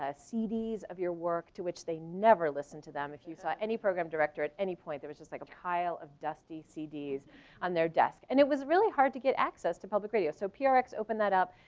ah cds of your work to which they never listened to them. if you saw any program director at any point, there was just like a pile of dusty cds on their desk. and it was really hard to get access to public radio. so prx open that up.